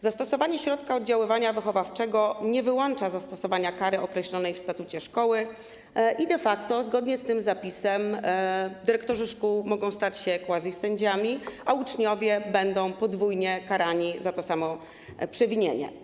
Zastosowanie środka oddziaływania wychowawczego nie wyłącza zastosowania kary określonej w statucie szkoły i de facto zgodnie z tym zapisem dyrektorzy szkół mogą stać się quasi-sędziami, a uczniowie będą podwójnie karani za to samo przewinienie.